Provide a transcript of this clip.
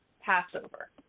Passover